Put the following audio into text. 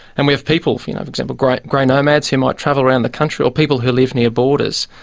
and we have people, you know, for example grey grey nomads who might travel around the country or people who live near borders,